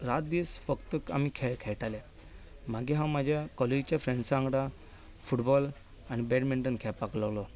रात दीस फक्त आमी खेळ खेळटाले मागीर हांव म्हज्या कॉलेजीच्या फ्रॅंडसा वांगडा फुटबॉल आनी बॅडमिंटन खेळपाक लागलो